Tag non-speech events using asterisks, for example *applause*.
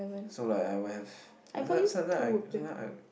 so like I would have *breath* sometime I sometime I